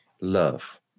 love